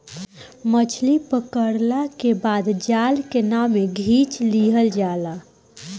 मछली पकड़ला के बाद जाल के नाव में खिंच लिहल जाला